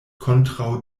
kontraŭ